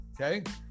okay